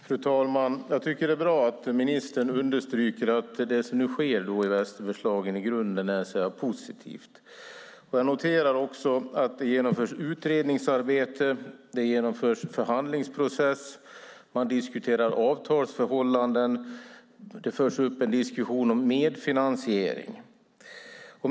Fru talman! Jag tycker att det är bra att ministern understryker att det som nu sker i Västerbergslagen i grunden är positivt. Jag noterar också att det genomförs utredningsarbeten och förhandlingsprocesser, att man diskuterar avtalsförhållanden och att det förs en diskussion om medfinansiering.